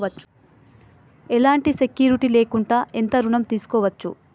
ఎలాంటి సెక్యూరిటీ లేకుండా ఎంత ఋణం తీసుకోవచ్చు?